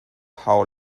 how